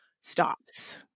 stops